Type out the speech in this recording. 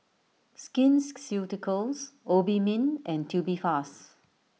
Skin Ceuticals Obimin and Tubifast